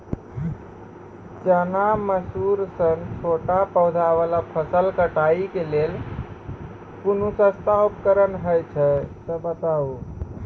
चना, मसूर सन छोट पौधा वाला फसल कटाई के लेल कूनू सस्ता उपकरण हे छै तऽ बताऊ?